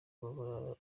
kuba